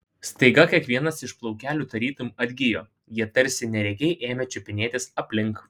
staiga kiekvienas iš plaukelių tarytum atgijo jie tarsi neregiai ėmė čiupinėtis aplink